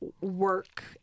work